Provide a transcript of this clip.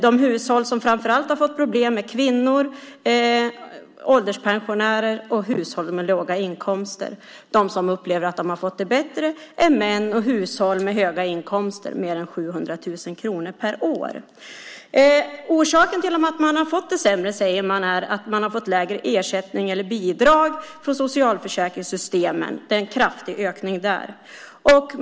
De hushåll som framför allt har fått problem är kvinnor, ålderspensionärer och hushåll med låga inkomster. De som upplever att de har fått det bättre är män och hushåll med höga inkomster, mer än 700 000 kronor per år. Orsaken till att man har fått det sämre säger man är att man har fått lägre ersättning eller bidrag från socialförsäkringssystemen. Det är en kraftig ökning där.